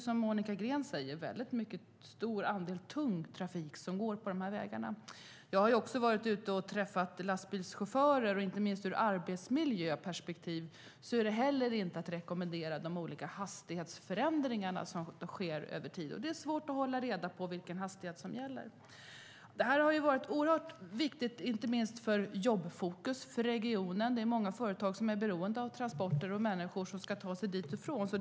Som Monica Green säger är det en mycket stor andel tung trafik som går på de här vägarna. Jag har också varit ute och träffat lastbilschaufförer, och inte minst ur ett arbetsmiljöperspektiv är de olika hastighetsförändringarna som sker över tid inte att rekommendera. Det är svårt att hålla reda på vilken hastighet som gäller. Det här är viktigt inte minst för jobben i regionen. Det är många företag som är beroende av transporter och att människor ska kunna ta sig dit och därifrån.